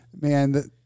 Man